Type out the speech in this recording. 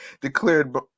declared